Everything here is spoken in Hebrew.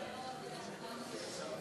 חברי חברי הכנסת, חבר הכנסת יוסי יונה